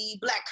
Black